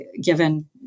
given